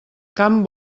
camp